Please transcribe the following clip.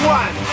one